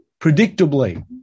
predictably